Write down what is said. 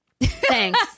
Thanks